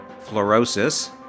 fluorosis